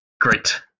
Great